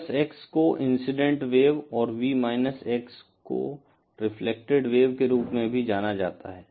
Vx को incident wave और V x reflected wave के रूप में भी जाना जाता है